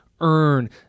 earn